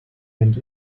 and